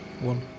One